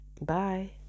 bye